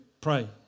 pray